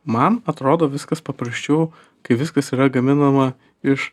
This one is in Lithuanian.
man atrodo viskas paprasčiau kai viskas yra gaminama iš